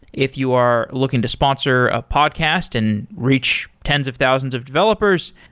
if you are looking to sponsor a podcast and reach tens of thousands of developers,